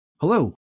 Hello